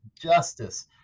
justice –